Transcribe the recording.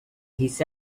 his